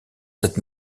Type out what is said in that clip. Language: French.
cette